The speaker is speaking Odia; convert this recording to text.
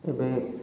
ଏବେ